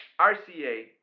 RCA